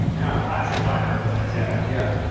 yeah. classic find-and-replace, yeah. yeah.